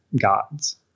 gods